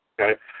Okay